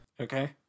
okay